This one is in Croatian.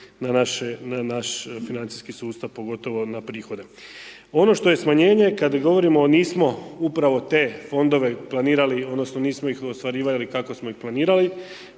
na naš financijski sustav, pogotovo na prihode. Ono što je smanjenje, kada govorimo, nismo upravo te fondove planirali, odnosno, nismo ih ostvarivali, kako smo i planirali,